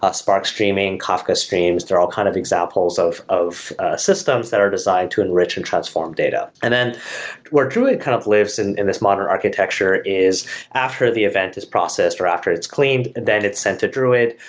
ah spark streaming, kafka streams, they're all kind of examples of of systems that are designed to enrich and transform data. and then where druid kind of lives and in this modern architecture is after the event is processed, or after its cleaned and then it's sent to druid,